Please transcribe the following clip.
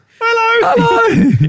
Hello